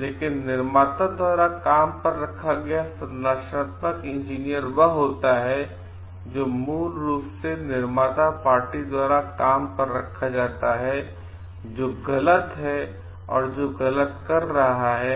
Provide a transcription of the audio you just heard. लेकिन निर्माता द्वारा काम पर रखा गया संरचनात्मक इंजीनियर वह होता है जिसे मूल रूप से निर्माता पार्टी द्वारा काम पर रखा जाता है जो गलत है और जो गलत कर रहा है